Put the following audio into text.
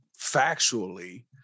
factually